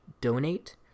donate